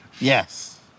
Yes